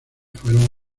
fueron